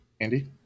Andy